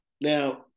now